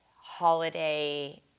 holiday